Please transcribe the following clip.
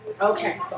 Okay